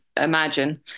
imagine